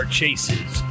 chases